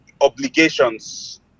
obligations